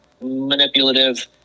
manipulative